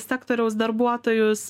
sektoriaus darbuotojus